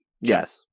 Yes